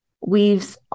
weaves